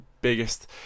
biggest